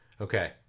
Okay